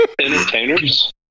entertainers